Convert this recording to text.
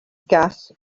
gas